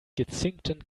gezinkten